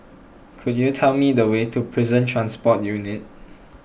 could you tell me the way to Prison Transport Unit